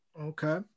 Okay